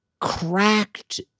cracked